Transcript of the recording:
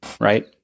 right